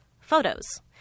photos